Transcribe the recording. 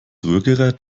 rührgerät